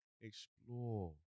Explore